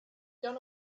gone